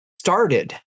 started